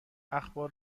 اخبار